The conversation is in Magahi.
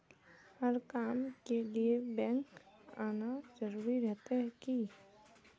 हर काम के लिए बैंक आना जरूरी रहते की?